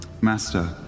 master